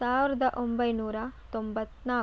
ಸಾವಿರದ ಒಂಬೈನೂರ ತೊಂಬತ್ತ್ನಾಲ್ಕು